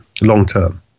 Long-term